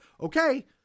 Okay